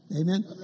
Amen